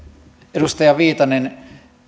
edustaja viitanen